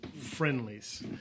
friendlies